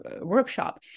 workshop